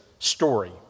story